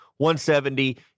170